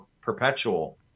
perpetual